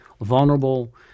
vulnerable